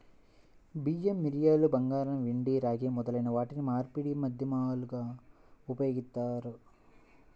బియ్యం, మిరియాలు, బంగారం, వెండి, రాగి మొదలైన వాటిని మార్పిడి మాధ్యమాలుగా ఉపయోగిస్తారు